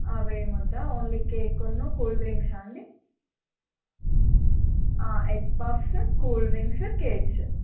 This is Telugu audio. అవేమి వద్దా ఓన్లీ కేక్ను కూల్ డ్రింక్సా అండి egg puffs cool drinks cakes